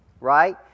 right